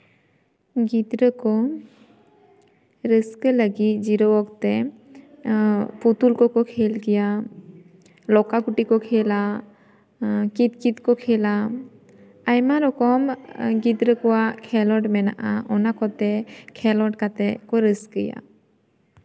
ᱜᱤᱫᱽᱨᱟᱹ ᱠᱚ ᱨᱟᱹᱥᱠᱟᱹ ᱞᱟᱹᱜᱤᱫ ᱡᱤᱨᱟᱹᱣ ᱚᱠᱛᱮ ᱯᱩᱛᱩᱞ ᱠᱚᱠᱚ ᱠᱷᱮᱞ ᱜᱮᱭᱟ ᱞᱚᱠᱠᱷᱟ ᱜᱷᱩᱴᱤ ᱠᱚ ᱠᱷᱮᱞᱟ ᱠᱤᱛ ᱠᱤᱛ ᱠᱚ ᱠᱷᱮᱞᱟ ᱟᱭᱢᱟ ᱨᱚᱠᱚᱢ ᱜᱤᱫᱽᱨᱟᱹ ᱠᱚᱣᱟᱜ ᱠᱷᱮᱞᱚᱱᱰ ᱢᱮᱱᱟᱜᱼᱟ ᱚᱱᱟ ᱠᱚᱛᱮ ᱠᱷᱮᱞᱚᱱᱰ ᱠᱟᱛᱮᱜ ᱠᱚ ᱨᱟᱹᱥᱠᱟᱹᱭᱟ